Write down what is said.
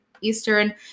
Eastern